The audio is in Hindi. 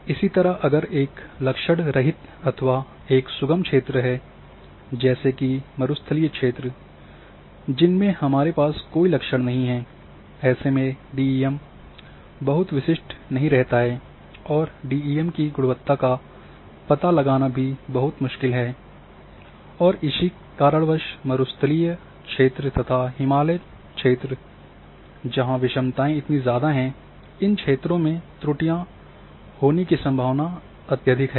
इसी तरह अगर यह एक लक्षण रहित अथवा एक सुगम क्षेत्र है जैसी की मरुस्थलीय क्षेत्र जिनमे हमारे पास कोई लक्षण नहीं हैं ऐसे में डीईएम बहुत विशिष्ट नहीं रहता है और डीईएम की गुणवत्ता का पता लगाना भी बहुत मुश्किल है और इसी कारणवश मरुस्थलिय क्षेत्र तथा हिमालय क्षेत्र जहाँ विषमताएँ इतनी ज़्यादा हैं इन क्षेत्रों में त्रुटियां होने की संभावना अत्यधिक है